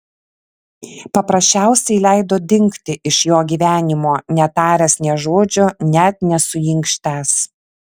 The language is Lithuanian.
paprasčiausiai leido dingti iš jo gyvenimo netaręs nė žodžio net nesuinkštęs